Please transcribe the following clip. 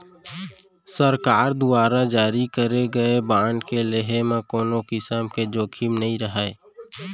सरकार दुवारा जारी करे गए बांड के लेहे म कोनों किसम के जोखिम नइ रहय